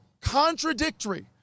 contradictory